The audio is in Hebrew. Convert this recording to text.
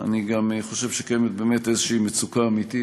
אני גם חושב שקיימת איזו מצוקה אמיתית,